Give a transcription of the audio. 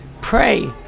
pray